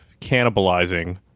cannibalizing